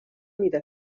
mida